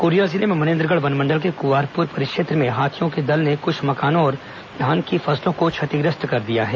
Korea जिले में मनेन्द्रगढ़ वनमंडल के कवारपूर परिक्षेत्र में हाथियों के दल ने कुछ मकानों और धान की फसलों को क्षतिग्रस्त कर दिया है